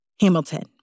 Hamilton